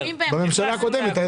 בממשלה הקודמת.